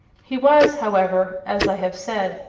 he was, however, as i have said,